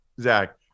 Zach